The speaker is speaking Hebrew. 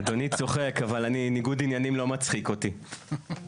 אדוני צוחק, אבל ניגוד עניינים לא מצחיק אותי.